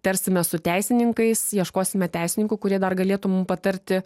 tarsimės su teisininkais ieškosime teisininkų kurie dar galėtų mum patarti